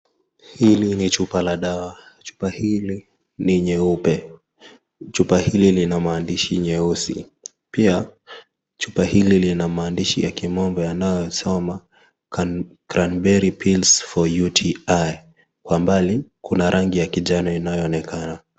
Hili ni chupa la dawa. Chupa hili ni nyeupe chupa hili lina maandishi nyeusi pia chupa hili lina maandishi ya kimombo yanayo soma Cranberry pills for UTI kwa mbali kuna rangi ya kijano inayo onekana.